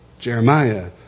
Jeremiah